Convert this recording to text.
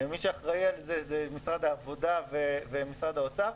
מי שאחראי על זה משרד העבודה ומשרד האוצר.